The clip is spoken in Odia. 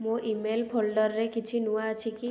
ମୋ ଇ ମେଲ୍ ଫୋଲ୍ଡର୍ରେ କିଛି ନୂଆ ଅଛି କି